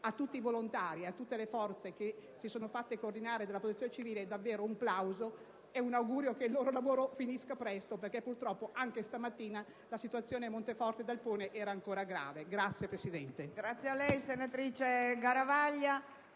Tutti i volontari e tutte le forze che si sono fatte coordinare dalla Protezione civile meritano davvero un plauso, con l'augurio che il loro lavoro finisca presto, perché purtroppo anche stamattina la situazione a Monteforte d'Alpone era ancora grave. *(Applausi